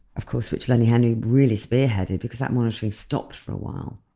of course which lenny henry really spearheaded, because that monitoring stopped for a while,